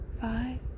Five